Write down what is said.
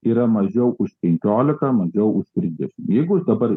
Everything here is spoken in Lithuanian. yra mažiau už penkiolika mažiau už trisdešim jeigu aš dabar